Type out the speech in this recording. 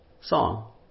song